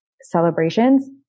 celebrations